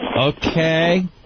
Okay